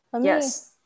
Yes